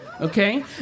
okay